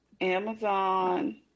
Amazon